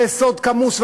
זה סוד כמוס.